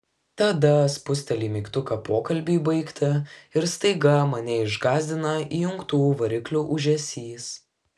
tada spusteli mygtuką pokalbiui baigti ir staiga mane išgąsdina įjungtų variklių ūžesys